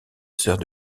sœurs